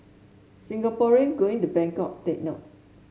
Singaporeans going to Bangkok take note